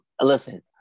Listen